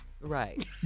right